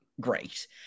great